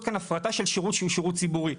כאן הפרטה של שירות שהוא שירות ציבורי.